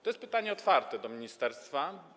To jest pytanie otwarte do ministerstwa.